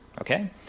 okay